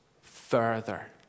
further